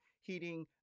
heating